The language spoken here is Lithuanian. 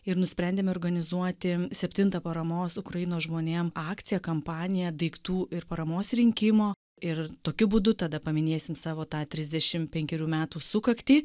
ir nusprendėme organizuoti septintą paramos ukrainos žmonėm akciją kampaniją daiktų ir paramos rinkimo ir tokiu būdu tada paminėsim savo tą trisdešim penkerių metų sukaktį